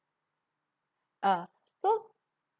uh so